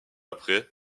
après